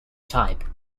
type